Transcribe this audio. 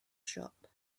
shop